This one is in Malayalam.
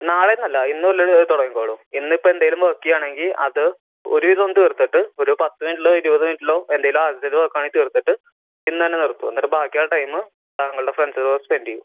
നാളെയെന്നല്ല ഇന്ന് മുതലത് തുടങ്ങിക്കോളു ഇന്നിപ്പം എന്തെങ്കിലും വേക്ക് ചെയ്യുകയാണെങ്കിൽ അത് ഒരു വിധം ഒന്ന് തീർത്തിട്ട് ഒരു പത്തു മിനിറ്റിലോ ഇരുപത് മിനിറ്റിലോ എന്തെങ്കിലും ആവശ്യത്തിൽ വർക്കാണെങ്കിൽ തീർത്തിട്ട് ഇന്നുതന്നെ നിർത്തൂ എന്നിട്ട് ബാക്കി ഉള്ള ടൈമ് താങ്കളുടെ ഫ്രണ്ട്സിൻ്റെ കൂടെ സ്പെൻഡ് ചെയ്യു